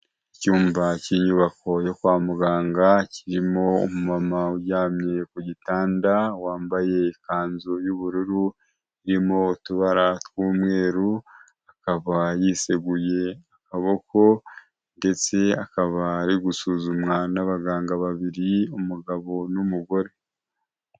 Icyumba cy'inyubako yo kwa muganga, kirimo umumama uryamye ku gitanda wambaye ikanzu y'ubururu irimo utubara tw'umweru, akaba yiseguye amaboko, ndetse akaba ari gusuzumwa n'abaganga babiri umugabo n'umugore.